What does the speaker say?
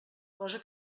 cosa